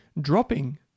dropping